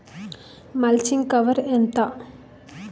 Mulching cover ఎంత?